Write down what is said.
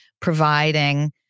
providing